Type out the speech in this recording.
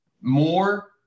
more